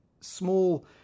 small